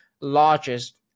largest